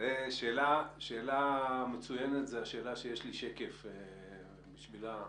זו שאלה מצוינת שיש לי שקף בשבילה,